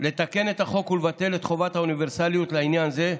לתקן את החוק ולבטל את חובת האוניברסליות לעניין הזה,